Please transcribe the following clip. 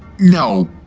no.